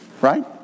right